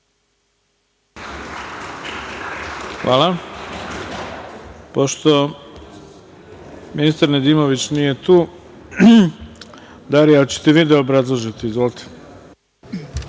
Hvala. Pošto ministar Nedimović nije tu, Darija, hoćete li vi da obrazložite? Izvolite.